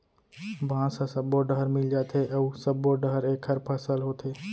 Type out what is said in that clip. बांस ह सब्बो डहर मिल जाथे अउ सब्बो डहर एखर फसल होथे